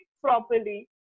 properly